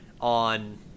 on